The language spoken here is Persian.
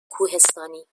کوهستانی